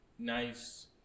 Nice